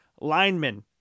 linemen